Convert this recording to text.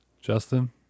Justin